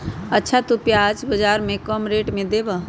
अच्छा तु प्याज बाजार से कम रेट में देबअ?